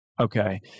Okay